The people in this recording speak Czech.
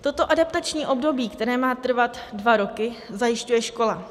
Toto adaptační období, které má trvat dva roky, zajišťuje škola.